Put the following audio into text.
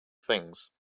things